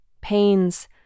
pains